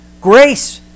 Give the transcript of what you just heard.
Grace